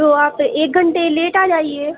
तो आप एक घन्टे लेट आ जाइए